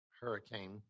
hurricane